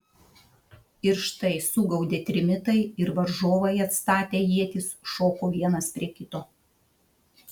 ir štai sugaudė trimitai ir varžovai atstatę ietis šoko vienas prie kito